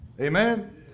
Amen